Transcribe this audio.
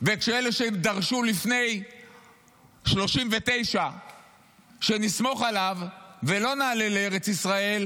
ואלה שדרשו לפני 1939 שנסמוך עליו ולא נעלה לארץ ישראל,